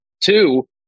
Two